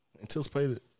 anticipated